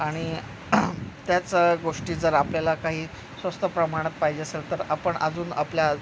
आणि त्याच गोष्टी जर आपल्याला काही स्वस्त प्रमाणात पाहिजे असेल तर आपण अजून आपल्या